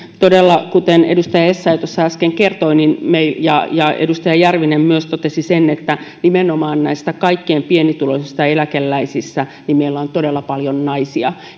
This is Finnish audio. todella kuten edustaja essayah tuossa äsken kertoi ja ja edustaja järvinen myös totesi nimenomaan näistä kaikkein pienituloisimmista eläkeläisistä meillä on todella paljon naisia